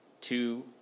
Two